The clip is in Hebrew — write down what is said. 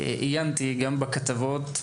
עיינתי גם בכתבות,